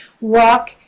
walk